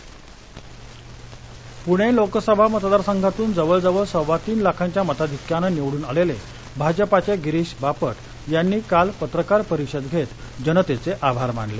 बापट पूणे लोकसभा मतदार संघातून जवळ जवळ सव्वा तीन लाखांच्या मताधिक्क्यानं निवडून आलेले भाजपाचे गिरीष बापट यांनी काल पत्रकार परिषद घेत जनतेचे आभार मानले